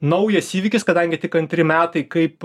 naujas įvykis kadangi tik antri metai kaip